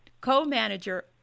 co-manager